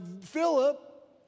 Philip